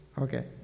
Okay